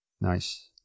Nice